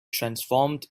transformed